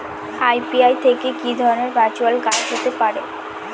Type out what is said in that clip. UPI থেকে কি ধরণের ভার্চুয়াল কাজ হতে পারে?